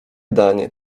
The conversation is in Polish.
danie